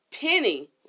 Penny